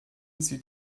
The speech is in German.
zieht